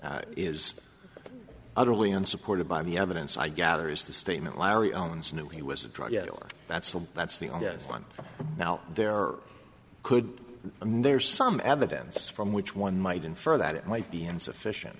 is utterly unsupported by the evidence i gather is the statement larry owns knew he was a drug dealer that's the that's the only one now there are could and there's some evidence from which one might infer that it might be insufficient